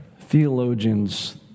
Theologians